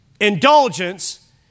indulgence